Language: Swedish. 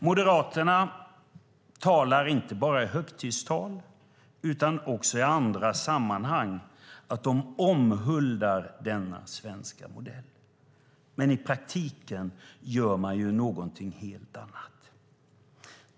Moderaterna talar inte bara i högtidstal utan också i andra sammanhang om att de omhuldar denna svenska modell. I praktiken gör man dock någonting helt annat.